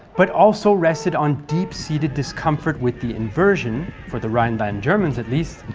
but also rested on deep-seated discomfort with the inversion, for the rhineland germans at least,